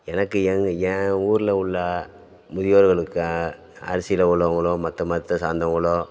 எனக்கு எங்கள் என் ஊரில் உள்ள முதியோர்களுக்காக அரசியல்ல உள்ளவர்களோ மற்ற மதத்தை சார்ந்தவங்களோ